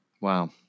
Wow